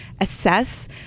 assess